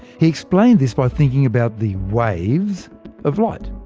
he explained this by thinking about the waves of light.